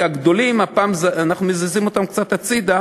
כי את הגדולים אנחנו מזיזים הפעם קצת הצדה.